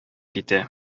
китә